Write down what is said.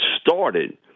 started